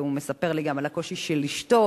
והוא מספר לי גם על הקושי של אשתו,